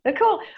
Cool